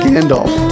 Gandalf